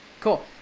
Cool